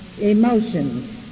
emotions